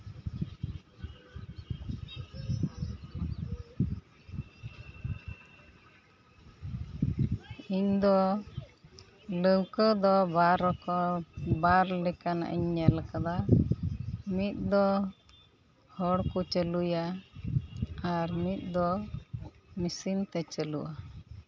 ᱤᱧ ᱫᱚ ᱞᱟᱹᱣᱠᱟᱹ ᱫᱚ ᱵᱟᱨ ᱨᱚᱠᱚᱢ ᱵᱟᱨ ᱞᱮᱠᱟᱱᱟᱜ ᱤᱧ ᱧᱮᱞ ᱠᱟᱫᱟ ᱢᱤᱫ ᱫᱚ ᱦᱚᱲ ᱠᱚ ᱪᱟᱹᱞᱩᱭᱟ ᱟᱨ ᱢᱤᱫ ᱫᱚ ᱢᱤᱥᱤᱱ ᱛᱮ ᱪᱟᱹᱞᱩᱜᱼᱟ